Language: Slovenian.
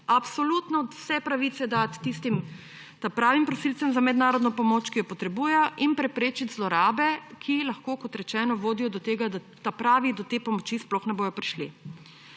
Absolutno vse pravice dati tistim pravim prosilcem za mednarodno pomoč, ki jo potrebujejo, in preprečiti zlorabe, ki lahko, kot rečeno, vodijo do tega, da pravi prosilci do te pomoči sploh ne bojo prišli.